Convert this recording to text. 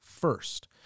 first